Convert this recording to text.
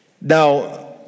now